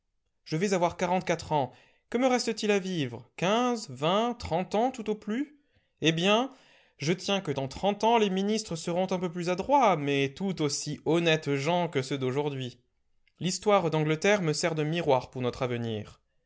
je vais avoir quarante-quatre ans que me reste-t-il à vivre quinze vingt trente ans tout au plus eh bien je tiens que dans trente ans les ministres seront un peu plus adroits mais tout aussi honnêtes gens que ceux d'aujourd'hui l'histoire d'angleterre me sert de miroir pour notre avenir